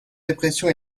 dépression